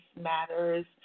matters